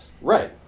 Right